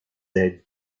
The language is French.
aides